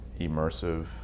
immersive